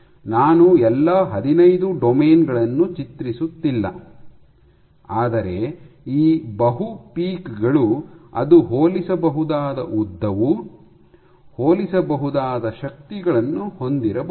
ನಾನು ಎಲ್ಲಾ ಹದಿನೈದು ಡೊಮೇನ್ ಗಳನ್ನು ಚಿತ್ರಿಸುತ್ತಿಲ್ಲ ಆದರೆ ಈ ಬಹು ಪೀಕ್ ಗಳು ಅದು ಹೋಲಿಸಬಹುದಾದ ಉದ್ದವು ಹೋಲಿಸಬಹುದಾದ ಶಕ್ತಿಗಳನ್ನು ಹೊಂದಿರಬಹುದು